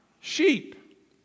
sheep